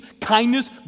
kindness